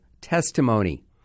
Testimony